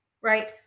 Right